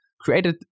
created